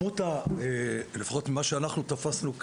לפחות ממה שאנחנו תפסנו,